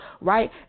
right